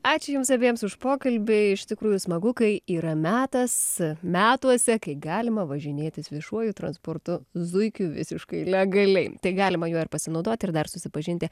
ačiū jums abiems už pokalbį iš tikrųjų smagu kai yra metas metuose kai galima važinėtis viešuoju transportu zuikiu visiškai legaliai tai galima juo ir pasinaudoti ir dar susipažinti